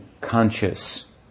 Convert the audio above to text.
conscious